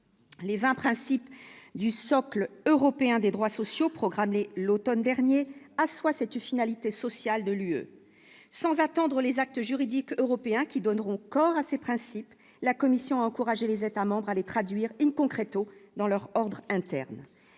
les 20 principe du socle européen des droits sociaux programmés l'Automne dernier à soi cette finalité sociale de l'UE, sans attendre les actes juridiques européens qui donneront corps à ses principes, la commission a encouragé les États membres à les traduire une concrète au dans leur ordre interne,